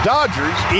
Dodgers